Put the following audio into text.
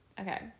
okay